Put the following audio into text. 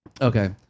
Okay